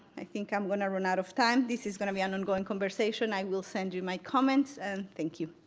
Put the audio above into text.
i think i'm going to ah run out of time. this is going to be an ongoing conversation. i will send you my comments and thank you.